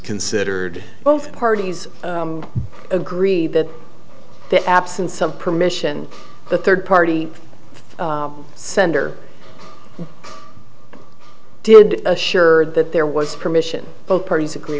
considered both parties agree that the absence of permission the third party sender did assured that there was permission both parties agree